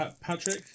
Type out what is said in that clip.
Patrick